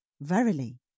Verily